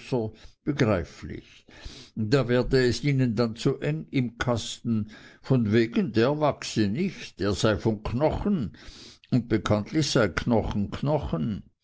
begreiflich da werde es ihnen dann zu eng im kasten von wegen der wachse nicht der sei von knochen und bekanntlich sei knochen knochen